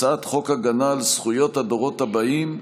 הצעת חוק הגנה על זכויות הדורות הבאים,